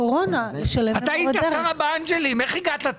נושא מורי הדרך